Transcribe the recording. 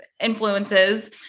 influences